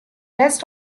rest